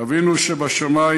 "אבינו שבשמים,